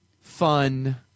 fun